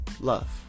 love